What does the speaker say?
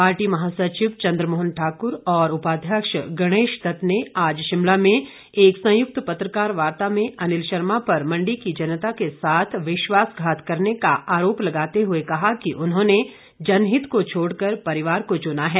party महासचिव चंद्रमोहन ठाकुर और उपाध्यक्ष गणेश दत्त ने आज शिमला में एक संयुक्त पत्रकार वार्ता में अनिल शर्मा पर मंडी की जनता के साथ विश्वासघात करने का आरोप लगाते हुए कहा कि उन्होंने जनहित को छोड़कर परिवार को चुना है